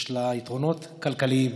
יש לה יתרונות כלכליים,